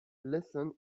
lesson